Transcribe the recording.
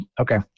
Okay